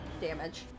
damage